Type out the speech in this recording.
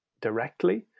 directly